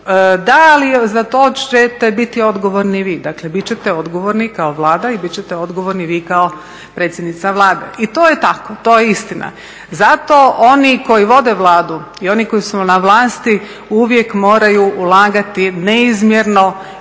da ali za to ćete biti odgovorni vi, dakle bit ćete odgovorni kao Vlada i bit ćete odgovorni vi kao predsjednica vlade i to je tako, to je istina. Zato oni koji vode Vladu i oni koji su na vlasti uvijek moraju ulagati neizmjerno više